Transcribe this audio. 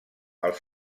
als